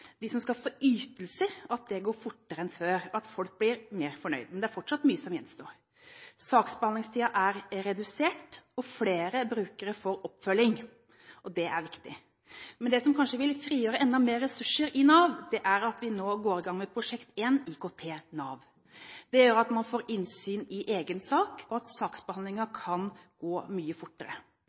de som skal få ytelser, går det fortere enn før, at folk blir mer fornøyd. Men det er fortsatt mye som gjenstår. Saksbehandlingstiden er redusert, og flere brukere får oppfølging – det er viktig. Men det som kanskje vil frigjøre enda mer ressurser i Nav, er at vi nå går i gang med Prosjekt 1, IKT i Nav. Det gjør at man får innsyn i egen sak og saksbehandlingen kan gå mye fortere.